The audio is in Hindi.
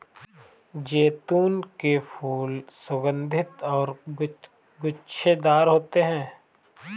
जैतून के फूल सुगन्धित और गुच्छेदार होते हैं